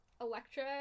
Electra